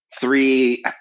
three